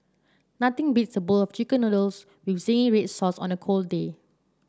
nothing beats a bowl of chicken noodles with zingy red sauce on a cold day